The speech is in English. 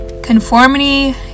Conformity